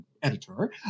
editor